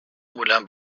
moulin